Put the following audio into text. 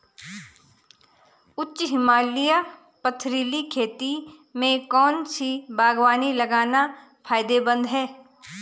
उच्च हिमालयी पथरीली खेती में कौन सी बागवानी लगाना फायदेमंद है?